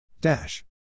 Dash